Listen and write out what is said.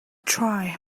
try